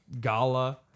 gala